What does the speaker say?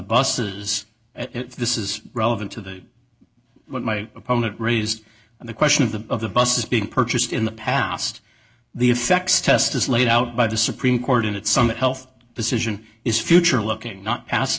buses this is relevant to the what my opponent raised and the question of the of the buses being purchased in the past the effects test is laid out by the supreme court and at some health decision is future looking not pas